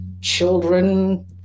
children